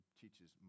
teaches